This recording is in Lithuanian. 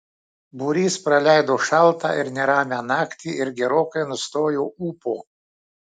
būrys praleido šaltą ir neramią naktį ir gerokai nustojo ūpo